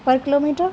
per kilo meter